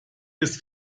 des